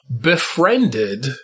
Befriended